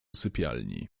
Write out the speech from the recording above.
sypialni